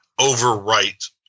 overwrite